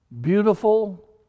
beautiful